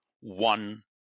one